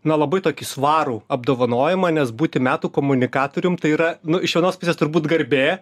na labai tokį svarų apdovanojimą nes būti metų komunikatorium tai yra nu iš vienos pusės turbūt garbė